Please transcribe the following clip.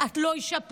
את לא אישה פרטית,